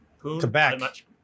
Quebec